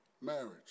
marriage